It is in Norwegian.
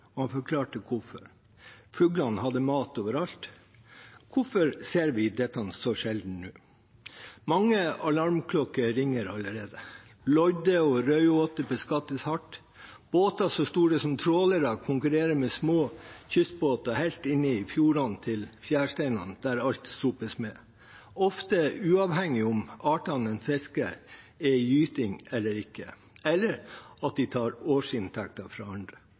og han forklarte hvorfor: Fuglene hadde mat overalt. Hvorfor ser vi dette så sjelden nå? Mange alarmklokker ringer allerede. Lodde og raudåte beskattes hardt. Båter så store som trålere konkurrerer med små kystbåter helt inn i fjordene til fjæresteinene, der alt sopes med, ofte uavhengig av om artene de fisker, er i gyting eller ikke, eller at de tar årsinntekten fra andre.